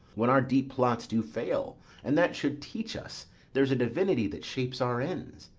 when our deep plots do fail and that should teach us there's a divinity that shapes our ends,